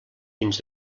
dins